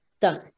done